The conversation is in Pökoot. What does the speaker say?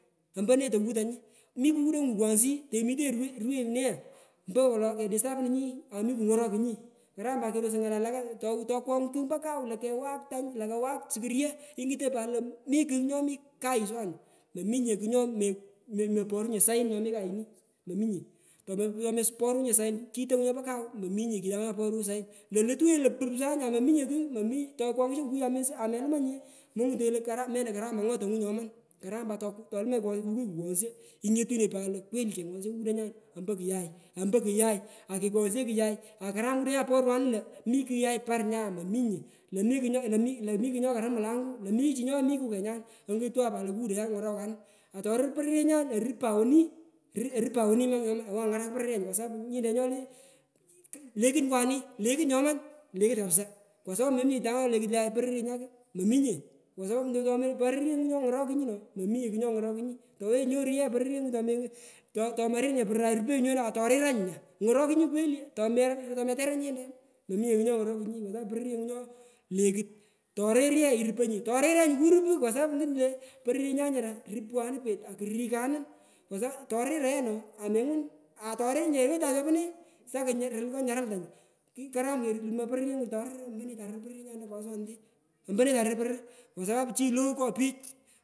Ompone tokudonini imi kudonini kukwaghishiyi timitenyi ruwo ruwenyi lone nya mpowolo kedistapununyi ami kungorokunyi karam pat kerosoi ngale walaka, tokwogh kugh ompo kau nto kawak tany nto kawak sukryo ingutonyi pat lo mi kugh nyomi kayu aswanu mominye kugh nyomeporunye sain nyomi kayini tomepuronye sain kitongo nyopo kau mominye nyo lutunyi lo pup sany amominye kugh tokwoghsho kukui amelumanyinye mongutonye lo karam melo karam agwa tonyu nyoman karam pat tolumanyi kukui kukwoghsho ingutoronyi pat lo nenyini kekwoghshoe kukudirechai ompo kuyai ampo kuyai akekwoghsheo kuyai akaram kiki airechai pomoanu lo mi kugh yai par aya mominye lo mikugh nyo karung mulango lo mi chi nyomi kukenyan kukukudonyan nyongorokanu attorir pororyenyan orupan woni orupan woni owan ngarak pororyenyu kwa sapu nyine nyole lekuti lekut ngoa ni lekut nyoman lekut kapisa kwa sapu mominye chi anga nyolekut le pororyenyan mominye kwa sapu nyu tomopororungu nyongorokunyi no mominye chi nyongorokunyi towenyi nyoru ye pororyengu tomarir nye poror airiranyi nyu nya ngorokunyi kweli tomoteranyi nyite mominye kugh nyongoro kunyi kwa sapu pororyenyu nyongorokunyi itorir ye iruponyi toriranyi kurupu kwa sapu ngut lo pororyenyan nyura rupkwanu pet akurikanu kwa sapu toriran ye no amengun atorir owetan nyopo ne se koy irupanyi nyaruitongu nyokaram kelumoi poror torir ilenyi ompone karir pororyenyan aswanete ompone tarir poror kwa sapu ichini low ngo pich.